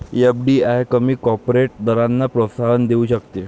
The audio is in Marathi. एफ.डी.आय कमी कॉर्पोरेट दरांना प्रोत्साहन देऊ शकते